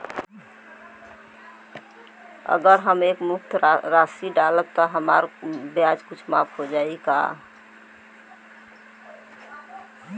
अगर हम एक मुस्त राशी डालब त हमार ब्याज कुछ माफ हो जायी का?